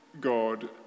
God